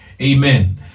Amen